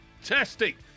fantastic